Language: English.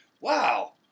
Wow